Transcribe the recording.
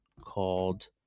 called